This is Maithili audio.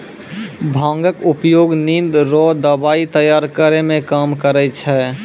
भांगक उपयोग निंद रो दबाइ तैयार करै मे काम करै छै